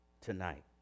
tonight